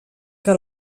que